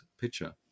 picture